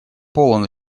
полон